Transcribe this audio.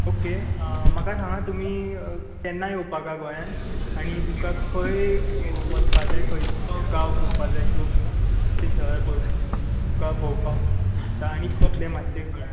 okay म्हाका सांगा तुमी केन्ना योवपाक हा गोंयांत आनी तुमकां खंय वचपाक जाय खंयचो गांव पोवपाक जाय किंवां शहर पय तुका पोवपाक दिसता आनी कसले मातशे खंय हा